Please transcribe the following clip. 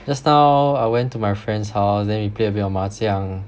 just now I went to my friend's house then we played a bit of 麻将